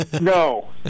No